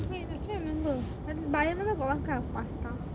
wait I can't remember but I remember got one kind of pasta